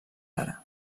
ara